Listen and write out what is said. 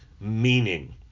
meaning